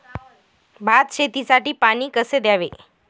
भात शेतीसाठी पाणी कसे द्यावे?